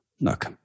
look